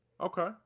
Okay